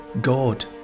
God